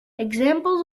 examples